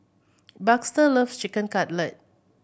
Baxter loves Chicken Cutlet